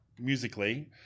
musically